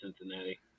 Cincinnati